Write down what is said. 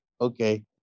okay